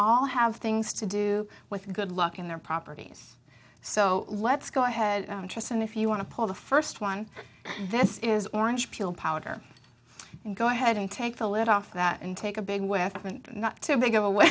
all have things to do with good luck in their properties so let's go ahead interest and if you want to pull the first one this is orange peel powder and go ahead and take the lid off that and take a big with mint not to go away